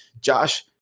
Josh